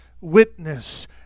witness